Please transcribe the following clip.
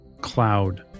cloud